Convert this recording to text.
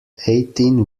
eighteen